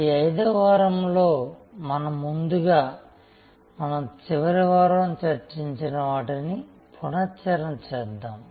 ఈ ఐదవ వారంలో మనం ముందుగా మన చివరి వారం చర్చించిన వాటిని పునశ్చరణ చేద్దాము